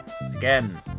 Again